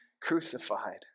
crucified